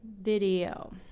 video